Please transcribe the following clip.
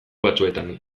batzuetan